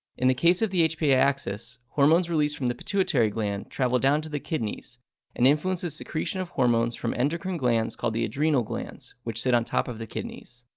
in the case of the hpa axis, hormones released from the pituitary gland travel down to the kidneys and influence the secretion of hormones from endocrine glands called the adrenal glands, which sit on top of the kidneys.